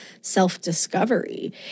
self-discovery